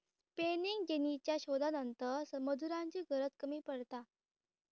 spinning जेनीच्या शोधानंतर मजुरांची गरज कमी पडता